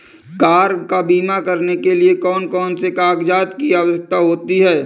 Car का बीमा करने के लिए कौन कौन से कागजात की आवश्यकता होती है?